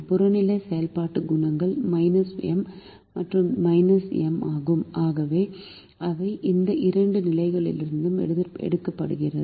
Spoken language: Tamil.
புறநிலை செயல்பாடு குணகங்கள் M மற்றும் M ஆகும் அவை இந்த இரண்டு நிலைகளிலிருந்து எடுக்கப்படுகின்றன